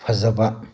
ꯐꯖꯕ